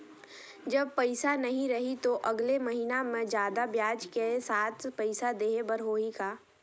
जब पइसा नहीं रही तो अगले महीना मे जादा ब्याज के साथ पइसा देहे बर होहि का?